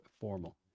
formal